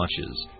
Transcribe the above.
watches